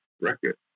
record